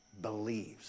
believes